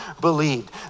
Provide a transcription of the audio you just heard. believed